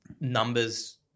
numbers